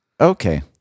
okay